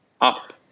up